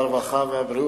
הרווחה והבריאות,